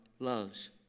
Loves